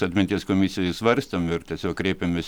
atminties komisijoj svarstėm ir tiesiog kreipėmės